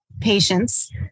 patients